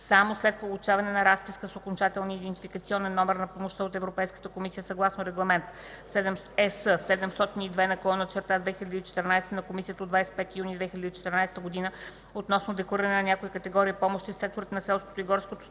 само след получаване на разписка с окончателния идентификационен номер на помощта от Европейската комисия съгласно Регламент (ЕС) № 702/2014 на Комисията от 25 юни 2014 г. относно деклариране на някои категории помощи в секторите на селското и горското